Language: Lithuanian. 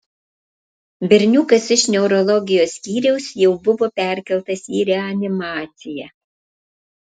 berniukas iš neurologijos skyriaus jau buvo perkeltas į reanimaciją